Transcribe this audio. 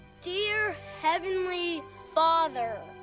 dear heavenly father,